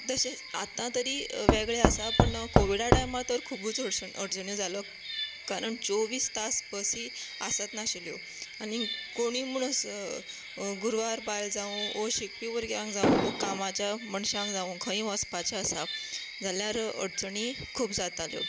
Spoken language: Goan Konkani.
तशें आतां तरी वेगळें आसा पूण कोविडा टायमार तर खुबूच अडचण्यो जाल्यो कारण चोवीस तास बसी आसच नाशिल्ल्यो आनी कोणूय म्हणसर गुरुवार बायल जावं वा शिकपी भुरग्यांक जावं वा कामाच्या मनशांक जावं खंय वचपाचें आसा जाल्यार अडचणी खूब जाताल्यो